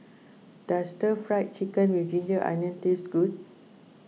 does Stir Fried Chicken with Ginger Onions taste good